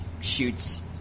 shoots